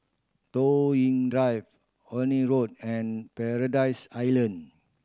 Toh Yi Drive Horne Road and Paradise Island